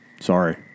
Sorry